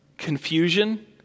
confusion